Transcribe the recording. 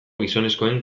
gizonezkoen